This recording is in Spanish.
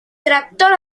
tractor